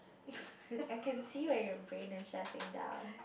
I can see when your brain is shutting down